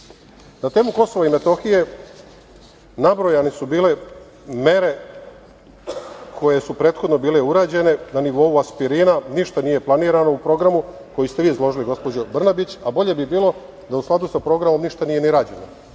temu Kosova i Metohije, nabrojane su bile mere koje su prethodno bile urađene na nivou aspirina, ništa nije planirano u programu koji ste vi izložili, gospođo Brnabić, a bolje bi bilo da u skladu sa programom ništa nije ni rađeno,